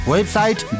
Website